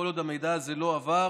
כל עוד המידע הזה לא עבר,